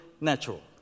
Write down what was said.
natural